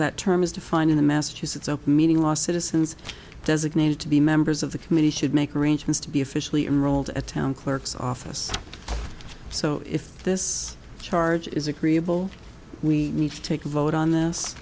that term is defined in the massachusetts open meeting last citizens designated to be members of the committee should make arrangements to be officially unrolled at town clerk's office so if this charge is agreeable we need to take a vote on this